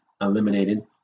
eliminated